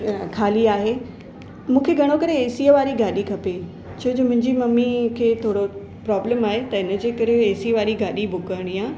खाली आहे मूंखे घणो करे एसीअ वारी गाॾी खपे छो जो मुंहिंजी मम्मी खे थोरो प्रॉब्लम आहे त हिनजे करे एसी वारी गाॾी बुक करणी आहे